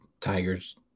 Tigers